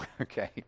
okay